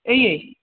এইয়ে